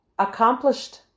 accomplished